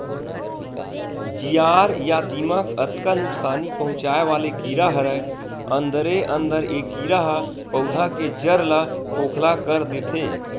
जियार या दिमक अतका नुकसानी पहुंचाय वाले कीरा हरय अंदरे अंदर ए कीरा ह पउधा के जर ल खोखला कर देथे